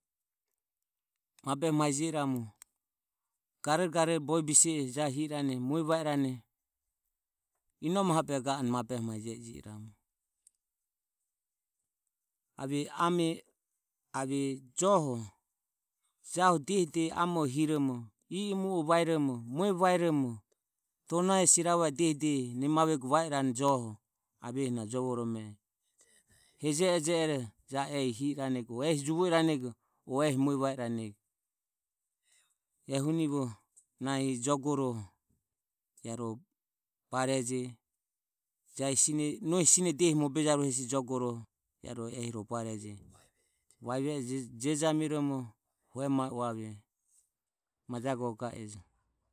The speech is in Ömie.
Mabehe mae jio iramu garore garore bovie bise e jahi hi irane mue va irane inome aho o behe ga anue mabehe mae jio iramu ave ame ave joho jahu diehi diehi amore hiromo i o mue e vaeromo mue vaeromo tonero sirava diehi diehi nemavego vae irane joho aveho na jovoromo e a heje e je ero ja o ehi hi iranego o ehi juvo iranego o ehi mue va iranego ehunivo nahi jogoroho ai ro bareje jahi sine nohi sine diehi mobe jaurehesi jogoroho ai ro ehi bareje vaive e jejamiromo hue mae uave majae gore ga e jo.